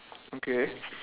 okay